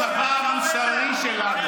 הצבא המוסרי שלנו.